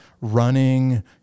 running